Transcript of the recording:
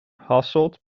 hasselt